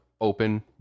open